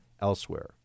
elsewhere